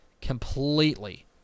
completely